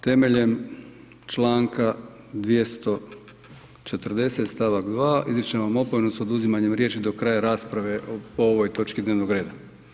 Temeljem Članka 240. stavak 2. izričem vam opomenu s oduzimanjem riječi do kraja rasprave o ovoj točki dnevnog reda.